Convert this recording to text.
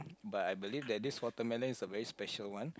but I believe that this watermelon is a very special one